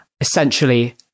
essentially